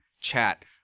chat